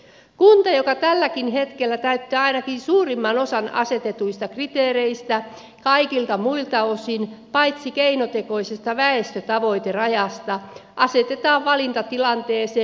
kunta joka tälläkin hetkellä täyttää ainakin suurimman osan asetetuista kriteereistä kaikilta muilta osin paitsi keinotekoisen väestötavoiterajan osalta asetetaan valintatilanteeseen